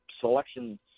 selection